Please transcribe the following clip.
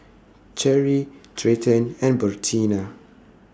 Cherri Treyton and Bertina